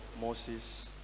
Moses